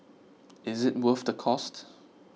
is it worth the cost